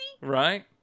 Right